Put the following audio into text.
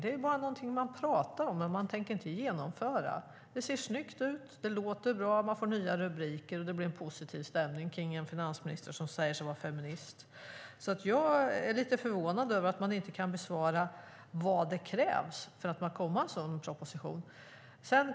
Det är bara någonting som man pratar om men som man inte tänker genomföra. Det ser snyggt, det låter bra, man får nya rubriker och det blir en positiv stämning kring en finansminister som säger sig vara feminist. Jag är därför lite förvånad över att man inte kan svara på vad som krävs för att det ska komma en sådan proposition.